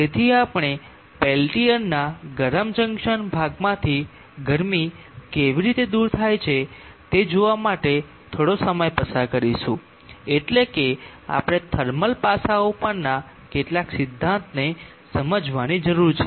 તેથી આપણે પેલ્ટીઅરના ગરમ જંકશન ભાગમાંથી ગરમી કેવી રીતે દૂર થાય છે તે જોવા માટે થોડો સમય પસાર કરીશું એટલે કે આપણે થર્મલ પાસાઓ પરના કેટલાક સિદ્ધાંતને સમજવાની જરૂર છે